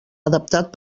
adaptat